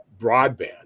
broadband